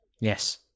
Yes